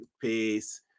peace